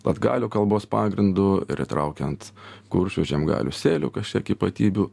latgalių kalbos pagrindu ir įtraukiant kuršių žiemgalių sėlių kažkiek ypatybių